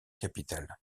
capitale